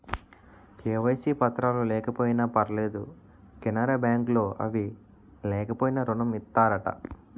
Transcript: KYC పత్రాలు లేకపోయినా పర్లేదు కెనరా బ్యాంక్ లో అవి లేకపోయినా ఋణం ఇత్తారట